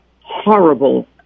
horrible